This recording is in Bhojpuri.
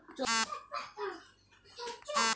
हमरा समाजिक क्षेत्र में केतना योजना आइल बा तनि बताईं?